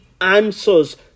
answers